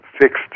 fixed